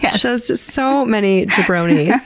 yeah just so many jabronies.